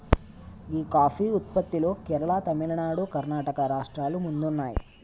గీ coffee ఉత్పత్తిలో కేరళ, తమిళనాడు, కర్ణాటక రాష్ట్రాలు ముందున్నాయి